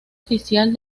oficial